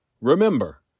Remember